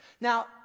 Now